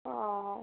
অঁ